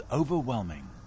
overwhelming